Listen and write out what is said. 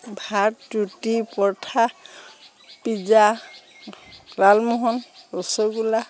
ভাত ৰুটি পৰঠা পিজ্জা লালমোহন ৰসগোল্লা